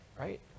right